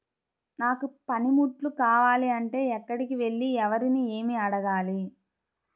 నాకు పనిముట్లు కావాలి అంటే ఎక్కడికి వెళ్లి ఎవరిని ఏమి అడగాలి?